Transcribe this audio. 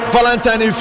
Valentine